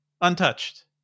untouched